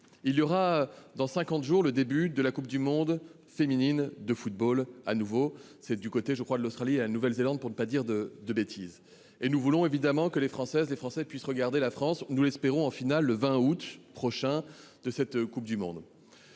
Il y aura dans 50 jours le début de la Coupe du monde féminine de football à nouveau c'est du côté je crois de l'Australie et la Nouvelle-Zélande pour ne pas dire de de bêtises et nous voulons évidemment que les Françaises et Français puisse regarder la France, nous l'espérons en finale le 20 août prochain de cette Coupe du monde.